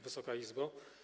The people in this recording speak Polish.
Wysoka Izbo!